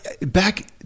back